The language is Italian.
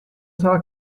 sarà